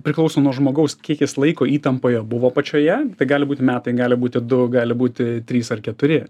priklauso nuo žmogaus kiek jis laiko įtampoje buvo pačioje tai gali būti metai gali būti du gali būti trys ar keturi